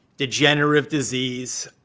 degenerative disease.